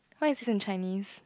what is in Chinese